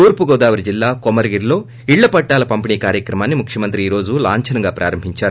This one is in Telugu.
తూర్పు గోదావరి జిల్లా కొమరగిరిలో ఇళ్లు పట్లాల పంపిణీ కార్యక్రమాన్ని ముఖ్యమంత్రి ఈ రోజు లాంఛనంగా ప్రారంభించారు